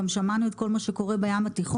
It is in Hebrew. גם שמענו את כל מה שקורה בים התיכון,